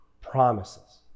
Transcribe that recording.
promises